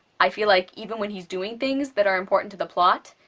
i feel like even when he's doing things that are important to the plot,